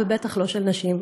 ובטח לא של נשים.